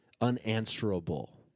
unanswerable